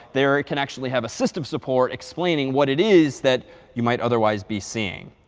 there it can actually have a system support explaining what it is that you might otherwise be seeing.